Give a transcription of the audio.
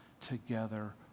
together